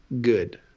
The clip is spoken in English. good